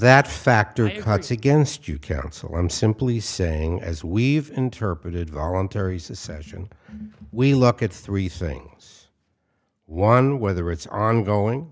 that factor in your hearts against you counsel i'm simply saying as we've interpreted voluntary secession we look at three things one whether it's ongoing